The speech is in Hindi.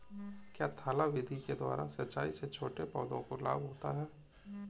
क्या थाला विधि के द्वारा सिंचाई से छोटे पौधों को लाभ होता है?